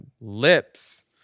lips